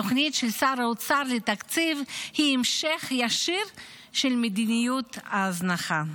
התוכנית של שר האוצר לתקציב היא המשך ישיר של מדיניות ההזנחה.